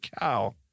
cow